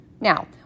Now